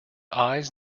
eyes